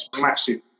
massive